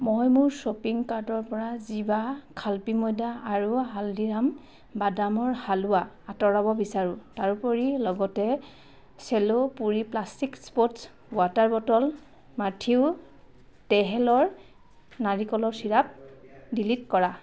মই মোৰ শ্বপিং কাৰ্টৰ পৰা জিৱা খাপ্লি ময়দা আৰু হালদিৰাম বাদামৰ হালোৱা আঁতৰাব বিচাৰোঁ তাৰোপৰি লগতে Cello Puro plastic sports water bottle মাঠিউ টেহেলৰ নাৰিকলৰ চিৰাপ ডিলিট কৰা